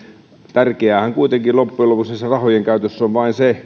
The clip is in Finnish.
tärkeäähän kuitenkin loppujen lopuksi tässä rahojen käytössä on vain se